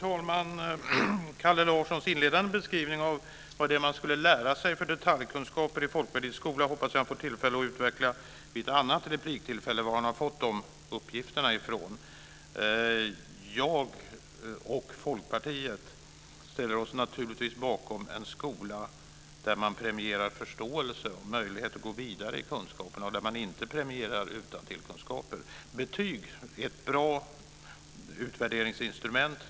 Fru talman! Jag hoppas att Kalle Larsson vid ett annat repliktillfälle får tillfälle att utveckla varifrån han har fått de uppgifter som han framförde i sin inledande beskrivning av vilka detaljkunskaper som man skulle lära sig i Folkpartiets skola. Jag och Folkpartiet ställer oss naturligtvis bakom en skola där man premierar förståelse och möjlighet att gå vidare i kunskaperna och där man inte premierar utantillkunskaper. Betyg är ett bra utvärderingsinstrument.